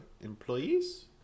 employees